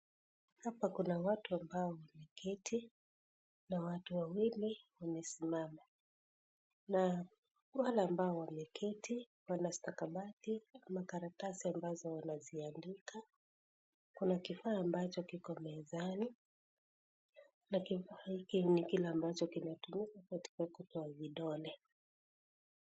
Hapa kuna watu ambao wameketi na watu wawili wamesimama na wale ambao wameketi Wana stakabadhi ama karatasi ambazo wanaziandika. Kuna kifaa ambacho kiko mezani na kifaa hiki ni kile ambacho kinatumika katika kukata kucha za vidole.